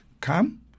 come